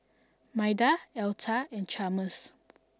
Maida Alta and Chalmers